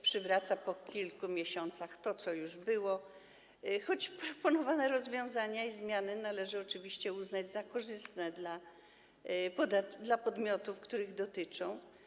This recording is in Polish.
Przywraca po kilku miesiącach to, co już było, choć proponowane rozwiązania i zmiany należy oczywiście uznać za korzystne dla podmiotów, których dotyczą.